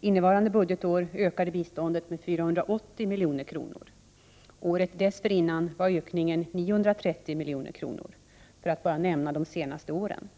innevarande budgetår ökade biståndet 480 milj.kr., året dessförinnan var ökningen 930 milj.kr. — för att bara nämna de senaste åren.